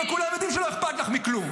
וכולם יודעים שלא אכפת לך מכלום.